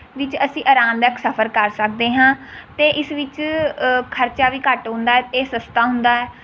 ਵਿੱਚ ਅਸੀਂ ਆਰਾਮਦਾਇਕ ਸਫ਼ਰ ਕਰ ਸਕਦੇ ਹਾਂ ਅਤੇ ਇਸ ਵਿੱਚ ਖਰਚਾ ਵੀ ਘੱਟ ਹੁੰਦਾ ਹੈ ਇਹ ਸਸਤਾ ਹੁੰਦਾ ਹੈ